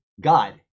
God